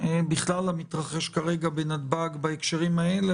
בכלל למתרחש כרגע בנתב"ג בהקשרים האלה